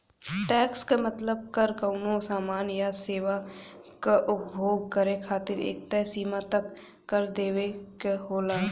tax क मतलब कर कउनो सामान या सेवा क उपभोग करे खातिर एक तय सीमा तक कर देवे क होला